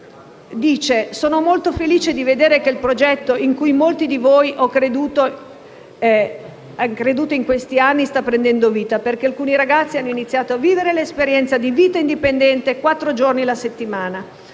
dice: «Sono molto felice di vedere che il progetto in cui con molti di voi ho creduto in questi anni sta prendendo vita, perché alcuni ragazzi hanno iniziato a vivere l'esperienza di vita indipendente quattro giorni la settimana.